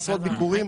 עשרות ביקורים.